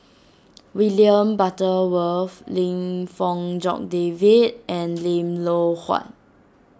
William Butterworth Lim Fong Jock David and Lim Loh Huat